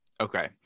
okay